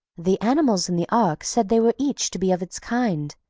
the animals in the ark said they were each to be of its kind,